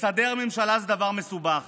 לסדר ממשלה זה דבר מסובך